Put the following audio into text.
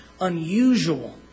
unusual